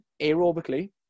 aerobically